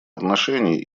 отношений